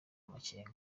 amakenga